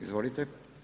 Izvolite.